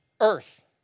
earth